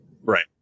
Right